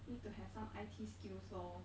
need to have some I_T skills lor